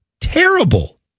terrible